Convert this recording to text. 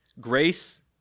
grace